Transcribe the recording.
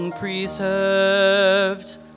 Preserved